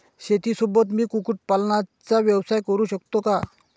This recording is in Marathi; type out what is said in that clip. शेतीसोबत मी कुक्कुटपालनाचा व्यवसाय करु शकतो का?